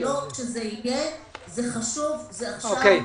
זה חשוב, זה עכשיו,